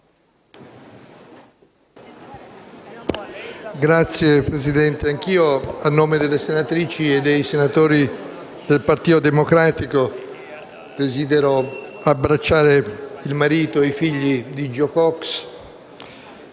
Signor Presidente, anch'io, a nome delle senatrici e dei senatori del Partito Democratico, desidero abbracciare il marito e i figli di Jo Cox,